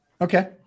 Okay